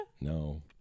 No